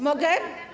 Mogę?